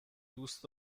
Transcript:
دوست